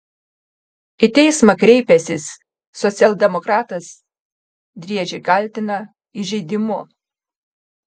į teismą kreipęsis socialdemokratas driežį kaltina įžeidimu